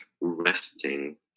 resting